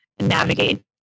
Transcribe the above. Navigate